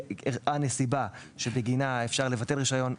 הנסיבה שבגינה אפשר לבטל רישיון,